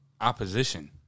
opposition